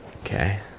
Okay